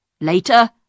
Later